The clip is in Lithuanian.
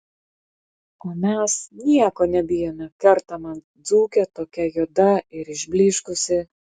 o mes nieko nebijome kerta man dzūkė tokia juoda ir išblyškusi